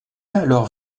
alors